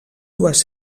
dues